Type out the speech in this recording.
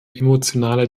emotionale